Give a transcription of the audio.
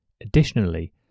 Additionally